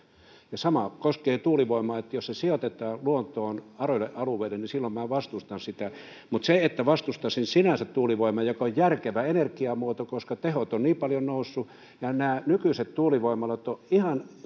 ja sama koskee tuulivoimaa että jos se sijoitetaan luontoon aroille alueille niin silloin minä vastustan sitä mutta siihen että vastustaisin sinänsä tuulivoimaa joka on järkevä energiamuoto tehot ovat niin paljon nousseet ja nämä nykyiset tuulivoimalat ovat ihan